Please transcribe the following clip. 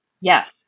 Yes